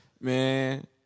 Man